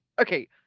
okay